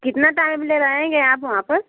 कितना टाइम ले रहेंगे आप वहाँ पर